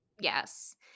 Yes